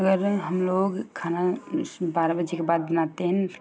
घर में हम लोग खाना बारह बजे के बाद बनाते है